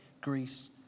Greece